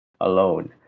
alone